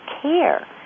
care